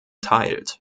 teilt